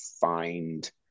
find